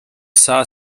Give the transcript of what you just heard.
saa